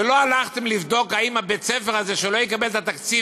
ולא הלכתם לבדוק אם בית-הספר הזה שלא יקבל את התקציב,